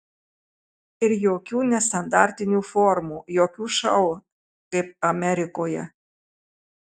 ir jokių nestandartinių formų jokių šou kaip amerikoje